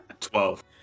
Twelve